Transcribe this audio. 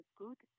good